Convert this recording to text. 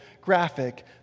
graphic